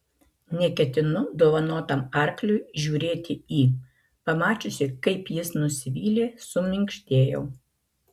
neketinu dovanotam arkliui žiūrėti į pamačiusi kaip jis nusivylė suminkštėjau